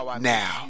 now